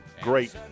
great